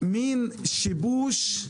מין שיבוש.